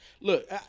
Look